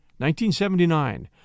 1979